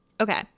Okay